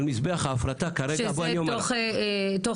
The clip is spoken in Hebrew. על מזבח ההפרטה כרגע- -- שזה תוך זמן